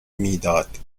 میداد